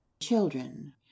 CHILDREN